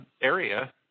area